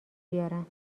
بیارم